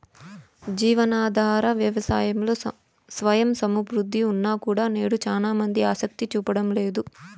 జీవనాధార వ్యవసాయంలో స్వయం సమృద్ధి ఉన్నా కూడా నేడు చానా మంది ఆసక్తి చూపడం లేదు